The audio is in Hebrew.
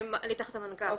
אוקיי.